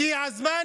הגיע הזמן